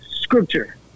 scripture